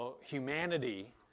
humanity